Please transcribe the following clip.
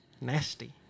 nasty